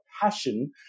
passion